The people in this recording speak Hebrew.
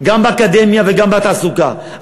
גם באקדמיה וגם בתעסוקה.